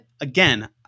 again